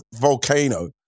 volcano